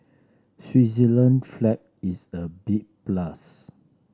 Switzerland flag is a big plus